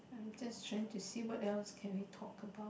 I'm just trying to see what else can we talk about